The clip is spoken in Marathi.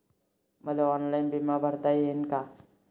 मले ऑनलाईन बिमा भरता येईन का?